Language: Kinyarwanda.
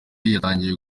yatangiye